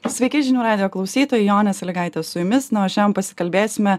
sveiki žinių radijo klausytojai jonė sąlygaitė su jumis na o šiandien pasikalbėsime